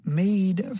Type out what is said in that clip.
made